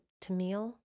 Tamil